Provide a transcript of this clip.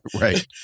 Right